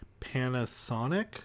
Panasonic